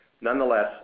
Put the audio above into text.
Nonetheless